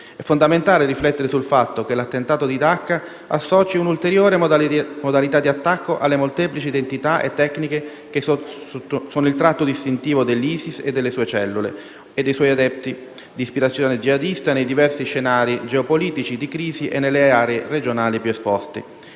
È fondamentale riflettere sul fatto che l'attentato di Dacca associa un'ulteriore modalità di attacco alle molteplici identità e tecniche che sono il tratto distintivo dell'ISIS, delle sue cellule e dei suoi adepti di ispirazione jihadista nei diversi scenari geopolitici di crisi e nelle aree regionali più esposte.